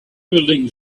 building